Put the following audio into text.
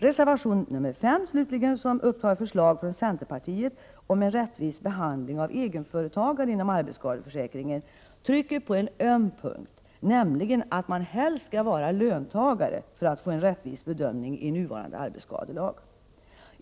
Reservation nr 5 slutligen, som upptar förslag från centerpartiet om en rättvis behandling av egenföretagare inom arbetsskadeförsäkringen, trycker på en öm punkt, nämligen att man helst skall vara löntagare för att få en rättvis bedömning i nuvarande arbetsskadelag.